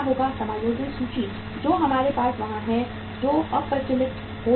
समायोजन सूची जो हमारे साथ वहां है जो अप्रचलित हो जाएगी